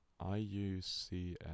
IUCN